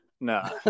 no